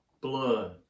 blood